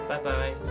Bye-bye